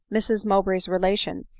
mrs mowbray's relation,